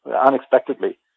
unexpectedly